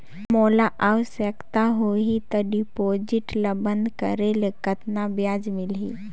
मोला आवश्यकता होही त डिपॉजिट ल बंद करे ले कतना ब्याज मिलही?